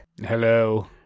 Hello